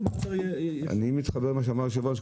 אני מתחבר למה שאמר היושב-ראש.